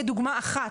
כדוגמה אחת.